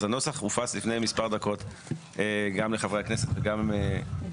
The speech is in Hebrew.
אז הנוסח הופץ לפני מספר דקות גם לחברי הכנסת וגם באתר.